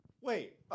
Wait